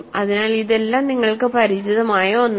അതിനാൽ ഇതെല്ലാം നിങ്ങൾക്ക് പരിചിതമായ ഒന്നാണ്